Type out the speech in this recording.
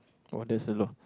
oh that's it lor